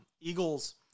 Eagles